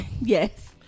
Yes